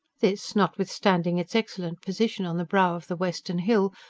this, notwithstanding its excellent position on the brow of the western hill,